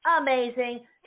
amazing